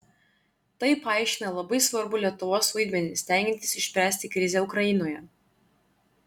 tai paaiškina labai svarbų lietuvos vaidmenį stengiantis išspręsti krizę ukrainoje